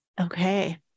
Okay